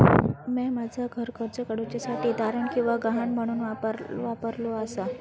म्या माझा घर कर्ज काडुच्या साठी तारण किंवा गहाण म्हणून वापरलो आसा